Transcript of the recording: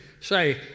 say